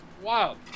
Wow